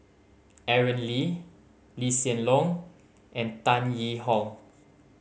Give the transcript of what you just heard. Aaron Lee Lee Hsien Loong and Tan Yee Hong